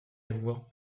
avoir